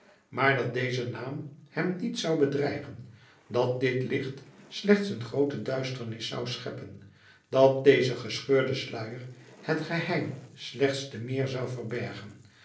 maar dat deze naam hem niet zou bedreigen dat dit licht slechts een grootere duisternis zou scheppen dat deze gescheurde sluier het geheim slechts te meer zou verbergen